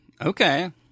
Okay